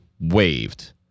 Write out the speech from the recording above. waved